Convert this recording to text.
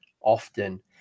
often